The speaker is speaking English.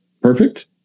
Perfect